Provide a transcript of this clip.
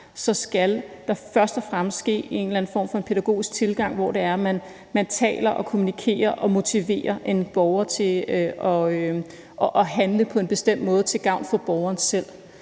så skal der først og fremmest ske en eller anden form for en pædagogisk tilgang, hvor det er, at man taler og kommunikerer og motiverer en borger til at handle på en bestemt måde til gavn for borgeren selv.